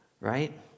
Right